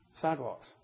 sidewalks